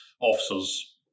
officers